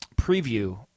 preview